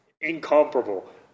incomparable